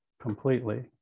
completely